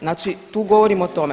Znači, tu govorim o tome.